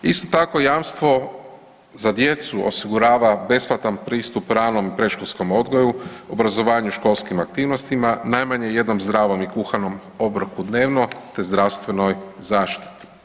Isto tako jamstvo za djecu osigurava besplatan pristup ranom predškolskom odgoju, obrazovanju školskim aktivnostima, najmanje jednom zdravom i kuhanom obroku dnevno, te zdravstvenoj zaštiti.